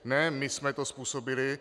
Ne, my jsme to způsobili.